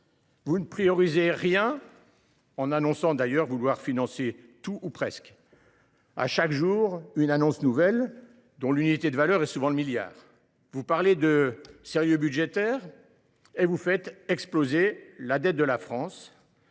Vous ne priorisez rien, en annonçant vouloir financer tout ou presque. À chaque jour une annonce nouvelle, dont l’unité de valeur est souvent le milliard d’euros ! Vous parlez de sérieux budgétaire, tout en faisant exploser la dette de la France